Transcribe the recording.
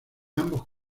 ambos